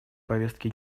повестке